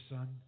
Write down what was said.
Son